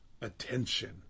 attention